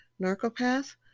narcopath